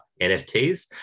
NFTs